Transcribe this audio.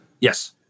Yes